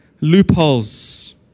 loopholes